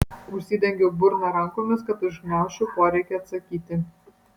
užsidengiau burną rankomis kad užgniaužčiau poreikį atsakyti